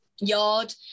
yard